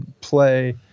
play